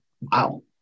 Wow